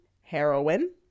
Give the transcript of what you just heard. heroin